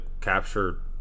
capture